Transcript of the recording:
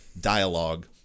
dialogue